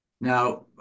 Now